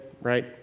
Right